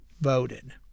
voted